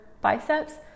biceps